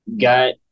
got